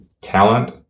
talent